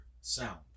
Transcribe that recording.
sound